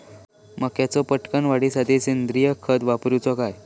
मक्याचो पटकन वाढीसाठी सेंद्रिय खत वापरूचो काय?